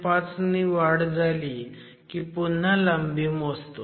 05 नी वाढ झाली की पुन्हा लांबी मोजतो